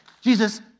Jesus